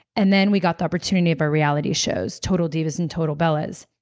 and then we got the opportunity of our reality shows, total divas and total bellas,